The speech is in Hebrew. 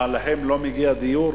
מה, להם לא מגיע דיור?